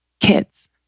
kids